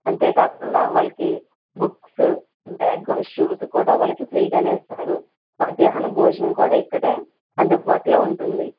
అంతే కాకుండా వాళ్ళకి బుక్స్ బ్యాగ్ షూస్ కూడా వాళ్ళకి ఫ్రీగానే ఇస్తారు మధ్యాహ్నం భోజనం కూడా ఇక్కడే అందుబాటులో ఉంటుంది